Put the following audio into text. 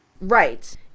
Right